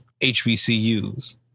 HBCUs